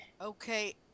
Okay